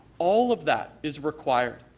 all of that is required.